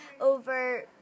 over